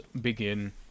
begin